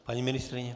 Paní ministryně?